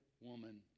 woman